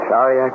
Sorry